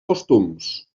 costums